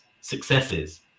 successes